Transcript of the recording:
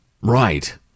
Right